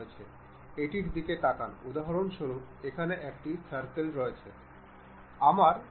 এর জন্য আমরা এই দৃশ্যমানতা লুকানো এবং প্রদর্শনীতে যাব